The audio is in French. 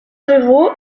ruraux